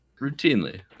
Routinely